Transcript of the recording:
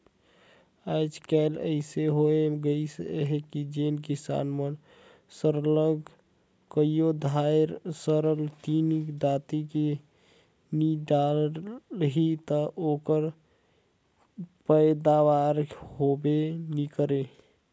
आएज काएल अइसे होए गइस अहे कि जेन किसान मन सरलग कइयो धाएर रसइनिक खाद नी डालहीं ता ओकर पएदावारी होबे नी करे